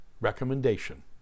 recommendation